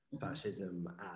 fascism